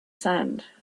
sand